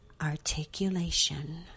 Articulation